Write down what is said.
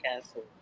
castle